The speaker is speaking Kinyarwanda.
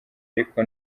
ariko